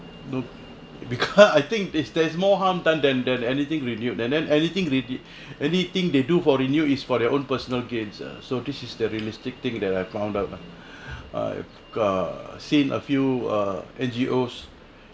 no because I think there is more harm than than than anything renewed and then anything they did anything they do for renew is for their own personal gains ah so this is the realistic thing that I found out lah uh seen a few are NGOs